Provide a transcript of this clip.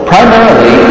Primarily